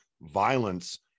violence